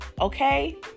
okay